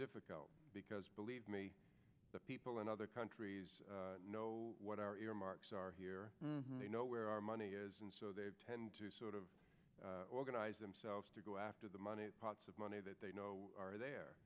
difficult because believe me the people in other countries know what our earmarks are here and they know where our money is and so they tend to sort of organize themselves to go after the money pots of money that they know are there